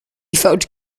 felt